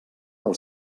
del